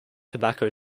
tobacco